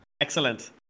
Excellent